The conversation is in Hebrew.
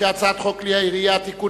ההצעה להעביר את הצעת חוק כלי הירייה (תיקון,